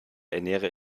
ernähre